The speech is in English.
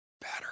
better